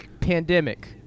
pandemic